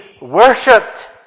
worshipped